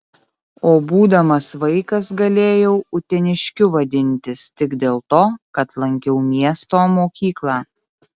o būdamas vaikas galėjau uteniškiu vadintis tik dėl to kad lankiau miesto mokyklą